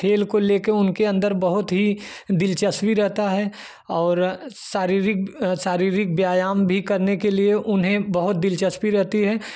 खेल को लेकर उनके अन्दर बहुत ही दिलचस्पी रहता है और शारीरिक शारीरिक व्यायाम भी करने के लिए उन्हें बहुत दिलचस्पी रहती है